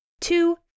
Two